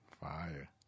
Fire